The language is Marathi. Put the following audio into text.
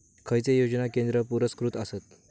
खैचे योजना केंद्र पुरस्कृत आसत?